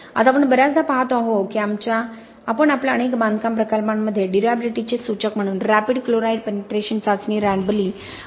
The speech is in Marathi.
आता आपण बर्याचदा पाहतो की आपण आमच्या अनेक बांधकाम प्रकल्पांमध्ये ड्युर्याबिलिटीचे सूचक म्हणून रॅपिड क्लोराईड पेंनीट्रेशन चाचणी रॅन्डबली वापरत आहोत